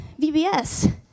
VBS